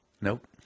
Nope